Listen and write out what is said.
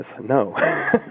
No